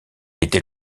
était